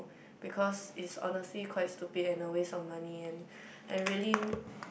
because it's honestly quite stupid and a waste of money and I really